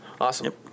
Awesome